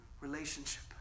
Relationship